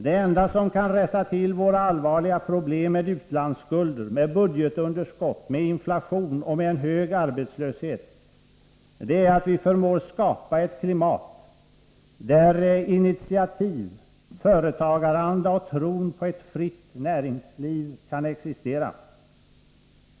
Det enda som kan rätta till våra allvarliga problem med utlandsskulder, med budgetunderskott, med inflation och med en hög arbetslöshet är att vi förmår skapa ett klimat, där initiativ, företagaranda och tron på ett fritt näringsliv kan existera.